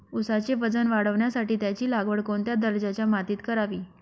ऊसाचे वजन वाढवण्यासाठी त्याची लागवड कोणत्या दर्जाच्या मातीत करावी?